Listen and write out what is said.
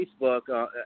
Facebook